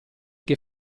che